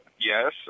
yes